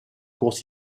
course